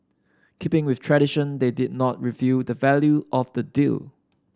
keeping with tradition they did not reveal the value of the deal